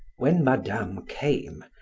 when madame came,